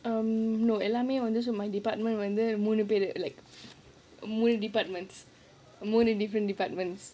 um no எல்லாமே:ellaamae my department when வந்து:vandhu like மூணு:moonu departments மூணு:moonu different departments